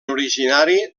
originari